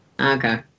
okay